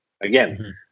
again